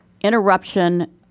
interruption